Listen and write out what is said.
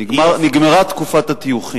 נגמרה תקופת הטיוחים.